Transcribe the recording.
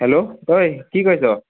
hello ঐয়ে কি কৰিছ